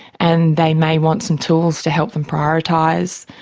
and they may want some tools to help them prioritise,